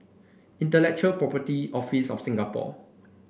Intellectual Property Office of Singapore